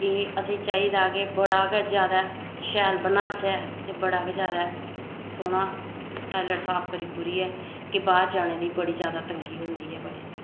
बड़ा ज्यादा शैल बनाचै ते बड़ा गै ज्यादा सोह्ना टायलेट साफ करी कुरियै ते बाह्र जाने दी बड़ी ज्यादा तंगी होंदी ऐ